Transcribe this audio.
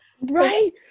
right